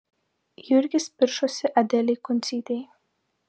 jurgis piršosi adelei kuncytei